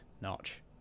notch